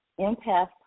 Empath